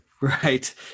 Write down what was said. Right